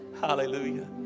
Hallelujah